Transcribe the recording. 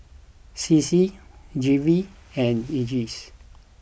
C C G V and E J C